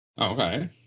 Okay